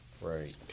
Right